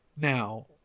now